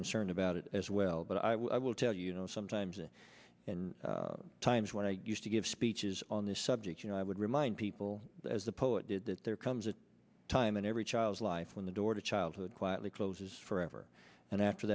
concerned about it as well but i will tell you know sometimes in times when i used to give speeches on this subject you know i would remind people as the poet did that there comes a time in every child's life when the door to childhood quietly closes forever and after